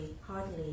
hardly